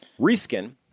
Reskin